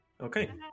Okay